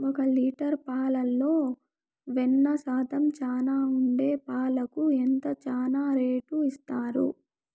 ఒక లీటర్ పాలలో వెన్న శాతం చానా ఉండే పాలకు ఎంత చానా రేటు ఇస్తారు?